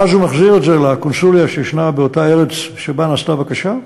ואז הוא מחזיר את זה לקונסוליה שישנה באותה ארץ שבה נעשתה הבקשה,